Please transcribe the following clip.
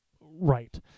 right